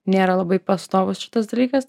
nėra labai pastovus šitas dalykas